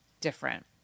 different